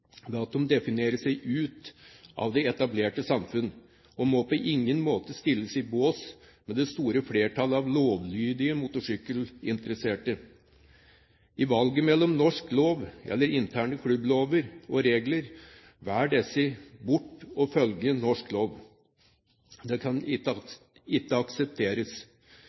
at de definerer seg ut av det etablerte samfunn, og må på ingen måte settes i bås med det store flertallet av lovlydige motorsykkelinteresserte. I valget mellom norsk lov og interne klubblover og regler velger disse bort å følge norsk lov. Det kan